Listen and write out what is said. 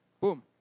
Boom